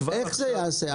איך זה יעשה?